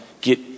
get